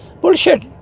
Bullshit